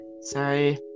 sorry